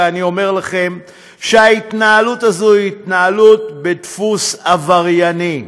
ואני אומר לכם שההתנהלות הזאת היא התנהלות בדפוס עברייני,